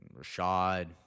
rashad